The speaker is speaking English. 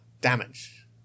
damage